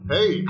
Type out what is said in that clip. Hey